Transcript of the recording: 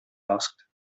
asked